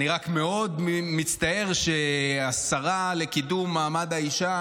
אני רק מאוד מצטער שהשרה לקידום מעמד האישה